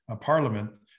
Parliament